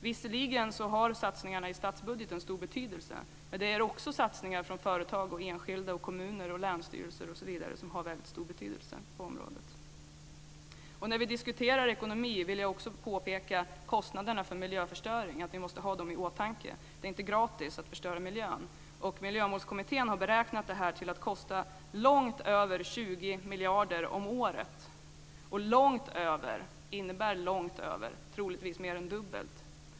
Visserligen har satsningarna i statsbudgeten en stor betydelse, men också satsningar från företag, enskilda, kommuner, länsstyrelser osv. har väldigt stor betydelse på området. När vi diskuterar ekonomi vill jag påpeka att vi måste ha kostnaderna för miljöförstöring i åtanke. Det är inte gratis att förstöra miljön. Miljömålskommittén har beräknat att det här kostar långt över 20 miljarder om året. "Långt över" innebär troligtvis mer än dubbelt så mycket.